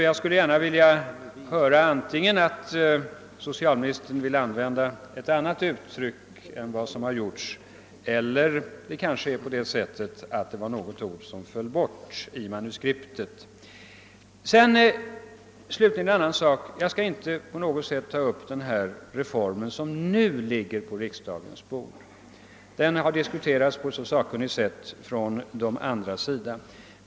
Jag skulle därför gärna vilja höra antingen att socialministern vill använda ett annat uttryck eller att han dementerar sitt uttalande. Slutligen vill jag beröra en annan sak. Jag skall inte ta upp det reformförslag som nu ligger på riksdagens bord; det har diskuterats på ett sakkunnigt sätt från andra talares sida.